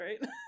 right